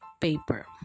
paper